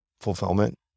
fulfillment